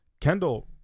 Kendall